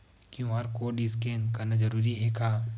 QR code scan करना जरूरी हे का?